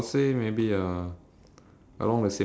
involves a few bang bang